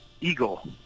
eagle